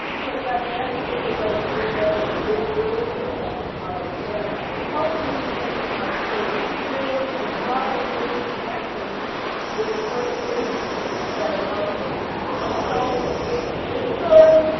because that's definitely going to give us some visibility of and help these students obtain experience as well as making connections with certain industries that are out there so it's good,